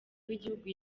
w’igihugu